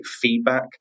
feedback